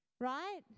right